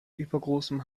übergroßem